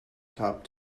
top